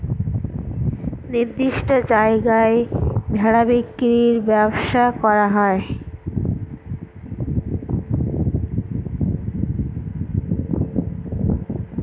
নির্দিষ্ট জায়গায় ভেড়া বিক্রির ব্যবসা করা হয়